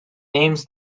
aims